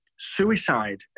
Suicide